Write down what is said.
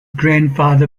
grandfather